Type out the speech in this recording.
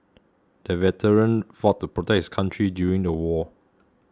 the veteran fought to protect his country during the war